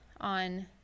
on